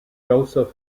josef